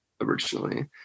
originally